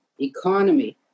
economy